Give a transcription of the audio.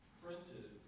printed